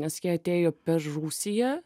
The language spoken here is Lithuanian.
nes jie atėjo per rusiją